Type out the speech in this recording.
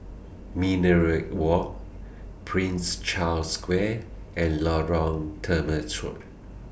Minaret Walk Prince Charles Square and Lorong Temechut